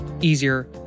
easier